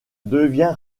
devient